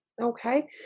Okay